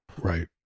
right